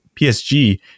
PSG